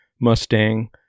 Mustang